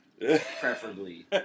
Preferably